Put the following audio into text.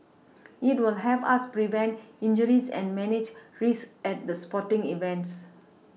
it will help us prevent injuries and manage risks at the sporting events